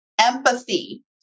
empathy